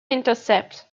intercept